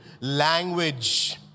language